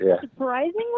Surprisingly